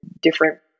different